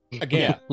again